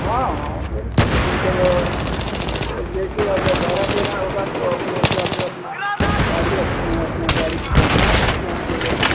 हाँ हाँ बिल्कुल होगा जब यह जैसे अब भाड़ा देना होगा तो अपने हिसाब से अपनी गाड़ी अपनी यहाँ अपनी गाड़ी से पहुँचवा दीजिए जहाँ ज़रूरत है